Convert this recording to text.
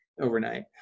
overnight